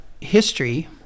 history